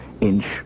inch